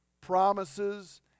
promises